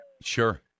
Sure